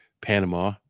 Panama